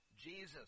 Jesus